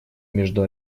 между